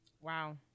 Wow